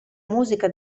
musica